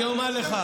אני אומר לך.